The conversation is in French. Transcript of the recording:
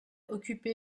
occupé